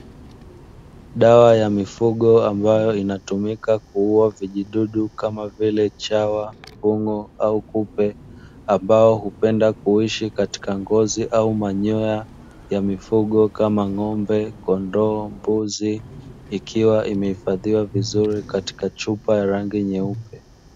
Dawa ya mifugo inayotumika kuua vijidudu kama vile chawa, minyoo au kupe, ambao upenda kuishi katika ngozi au manyoya ya mifugo kama ng'ombe, kondoo, mbuzi. Ikiwa imehifadhiwa vizuri katika chupa ya rangi nyeupe.